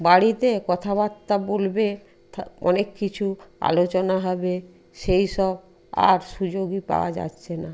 বাড়িতে কথাবার্তা বলবে অনেক কিছু আলোচনা হবে সেইসব আর সুযোগই পাওয়া যাচ্ছে না